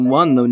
one